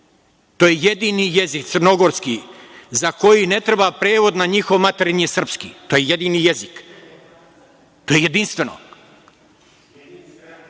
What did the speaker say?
To je jedini jezik crnogorski za koji ne treba prevod na njihov maternji srpski. To je jedini jezik. To je jedinstveno. Sad,